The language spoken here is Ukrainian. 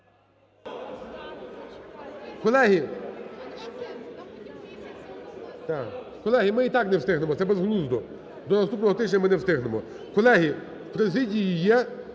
Колеги, ми і так не встигнемо, це ,безглуздо до наступного тижня ми не встигнемо. Колеги, у президії є